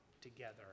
together